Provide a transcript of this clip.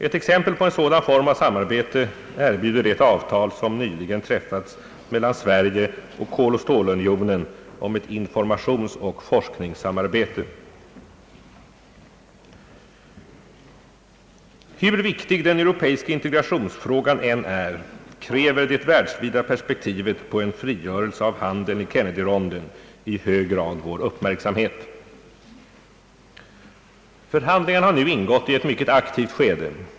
Ett exempel på en sådan form av samarbete erbjuder det avtal som nyligen träffats mellan Sverige och Koloch Hur viktig den europeiska integrationsfrågan än är, kräver det världsvida perspektivet på en frigörelse av handeln i Kennedyronden i hög grad vår uppmärksamhet. Förhandlingarna har nu ingått i ett mycket aktivt skede.